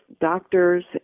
doctors